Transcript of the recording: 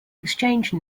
exchange